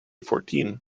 fourteen